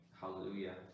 hallelujah